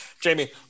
Jamie